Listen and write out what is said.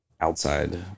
outside